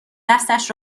دستش